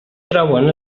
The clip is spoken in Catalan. trauen